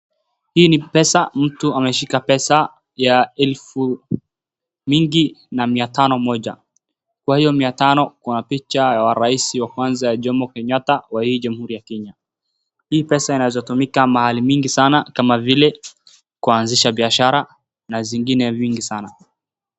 Hii ni pesa mtu ameshika pesa ya elfu mingi na mia tano moja kwa hiyo mitano kuna picha ya rais wa kwanza mzee Jomo Kenyatta kwa hii jamhuri ya Kenya .Hii pesa inaweza tumika mahali mingi sana kama vile kuanzisha biashara na zingine vingi sana.